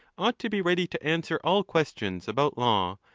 ought to be ready to answer all questions about law,